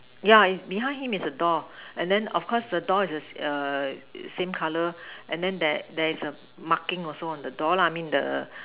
yeah is behind him is a door and then of course the door is the err same color and then there there is a marking also on the door lah mean the